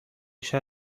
شهر